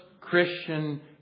Christian